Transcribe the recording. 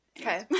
Okay